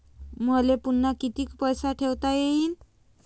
मले पुन्हा कितीक पैसे ठेवता येईन?